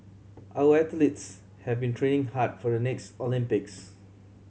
our athletes have been training hard for the next Olympics